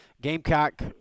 Gamecock